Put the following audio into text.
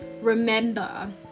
remember